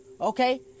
Okay